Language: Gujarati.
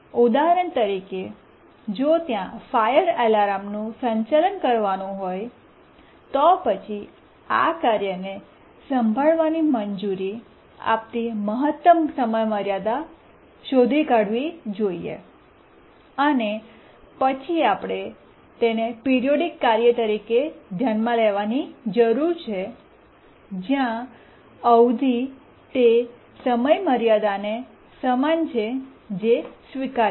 ઉદાહરણ તરીકે જો ત્યાં ફાયર એલાર્મનું સંચાલન કરવાનું કાર્ય હોય તો પછી આ કાર્યને સંભાળવાની મંજૂરી આપતી મહત્તમ સમયમર્યાદા શોધી શોધી કાઢવી જોઈએ અને પછી આપણે તેને પિરીયોડીક કાર્ય તરીકે ધ્યાનમાં લેવાની જરૂર છે જ્યાં અવધિ તે સમયમર્યાદા ને સમાન છે જે સ્વીકાર્ય છે